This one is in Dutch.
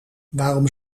waarom